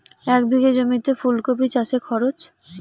এক বিঘে জমিতে ফুলকপি চাষে খরচ?